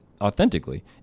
authentically